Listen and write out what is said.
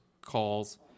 calls